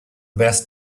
best